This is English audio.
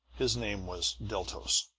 his name was deltos.